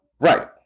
right